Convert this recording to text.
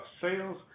sales